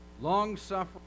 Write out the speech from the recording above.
long-suffering